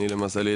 למזלי,